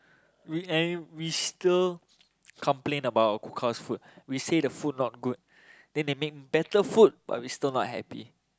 we and we still complain about our cookhouse food we said the food not good then they make better food but we still not happy